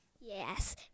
yes